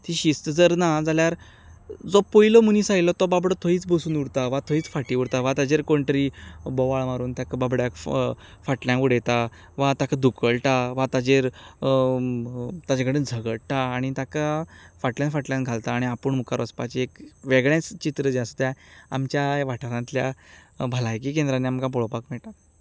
ती शिस्त जर ना जाल्यार जो पयलो मनीस आयिल्लो तो बाबडो थंयच बसून उरता वा थंयच फाटी उरता वा ताचेर कोण तरी बोवाळ मारून ताका बाबड्याक फाटल्यान उडयतात वा ताका धुकलता वा ताचेर ताचे कडेन झगडटात आनी ताका फाटल्यान फाटल्यान घालता आनी आपूण मुखार वचपाचें एक वेगळेंच चित्र आसलें तें आमच्या ह्या वाठारांतल्या भलायकी केंद्रांनी आमकां पळोवपाक मेळटा